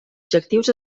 objectius